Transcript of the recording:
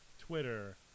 Twitter